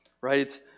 right